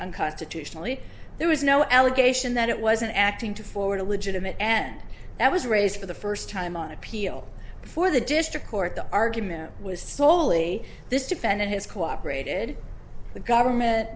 unconstitutionally there was no allegation that it was an acting to forward a legitimate and that was raised for the first time on appeal before the district court the argument was slowly this defendant has cooperated the government